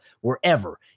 Wherever